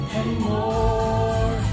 anymore